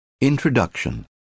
Introduction